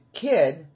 kid